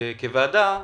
כוועדה,